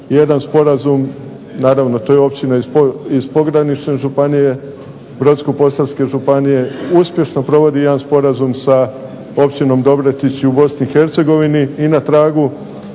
jedan sporazum. Naravno to je općina iz pogranične županije Brodsko-posavske županije, uspješno provodi jedan sporazum sa Općinom Dobretić u BiH i na tragu